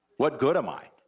what good am i?